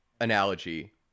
analogy